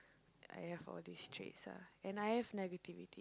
I have all these traits ah and I have negativity